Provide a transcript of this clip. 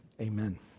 amen